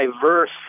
diverse